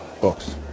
books